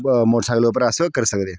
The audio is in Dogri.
मोटरसाइकल उप्पर अस करी सकदे